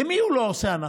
למי הוא לא עושה הנחה?